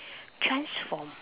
transform